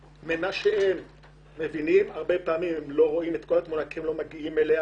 הרבה פעמים הם לא רואים את כל התמונה כי הם לא מגיעים אליה